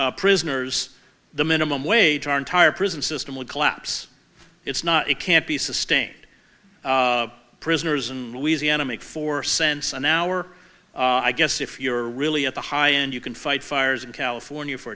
prisoners the minimum wage our entire prison system would collapse it's not it can't be sustained prisoners and louisiana make four cents an hour i guess if you're really at the high end you can fight fires in california for